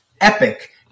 epic